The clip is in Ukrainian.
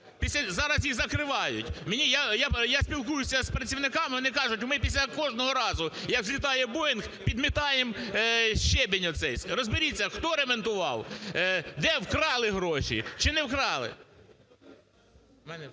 Зараз їх закривають. Мені… я спілкуюся з працівниками, вони кажуть, ми після кожного разу, як злітає "Боїнг", підмітаємо щебінь оцей. Розберіться, хто ремонтував, де вкрали гроші чи не вкрали.